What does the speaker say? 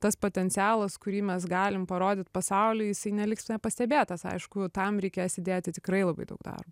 tas potencialas kurį mes galim parodyt pasauliui jisai neliks nepastebėtas aišku tam reikės įdėti tikrai labai daug darbo